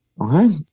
Okay